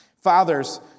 Fathers